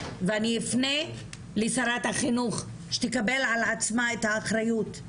ואני אפנה לשרת החינוך שתקבל על עצמה את האחריות.